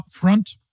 upfront